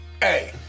hey